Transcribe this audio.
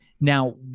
Now